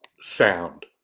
sound